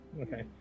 Okay